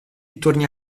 torni